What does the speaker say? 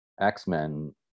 x-men